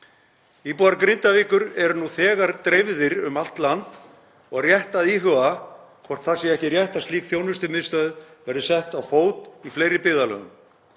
Íbúar Grindavíkur eru nú þegar dreifðir um allt land og rétt að íhuga hvort það sé ekki rétt að slík þjónustumiðstöð verði sett á fót í fleiri byggðarlögum.